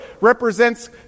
represents